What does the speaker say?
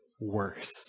worse